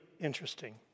interesting